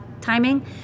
timing